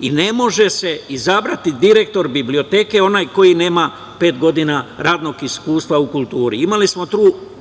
i ne može se izabrati direktor biblioteke onaj koji nema pet godina radnog iskustva u kulturi, imali smo